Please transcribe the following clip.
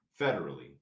federally